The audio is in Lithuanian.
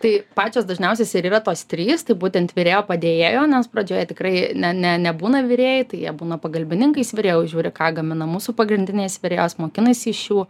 tai pačios dažniausios ir yra tos trys tai būtent virėjo padėjėjo nes pradžioje tikrai ne ne nebūna virėjai tai jie būna pagalbininkais virėjo žiūri ką gamina mūsų pagrindinės virėjos mokinasi iš šių